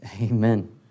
Amen